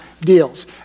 deals